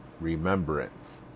remembrance